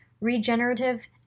regenerative